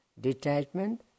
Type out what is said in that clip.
detachment